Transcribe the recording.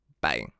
Bye